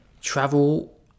Travel